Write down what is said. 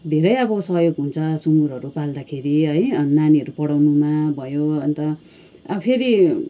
धेरै अब सहयोग हुन्छ सुँगुरहरू पाल्दाखेरि है नानीहरू पढाउनुमा भयो अन्त अब फेरि